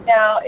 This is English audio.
Now